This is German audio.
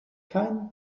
kein